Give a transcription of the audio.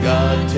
God